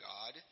God